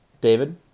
David